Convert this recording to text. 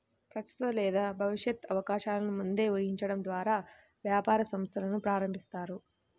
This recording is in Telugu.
ప్రస్తుత లేదా భవిష్యత్తు అవకాశాలను ముందే ఊహించడం ద్వారా వ్యాపార సంస్థను ప్రారంభిస్తారు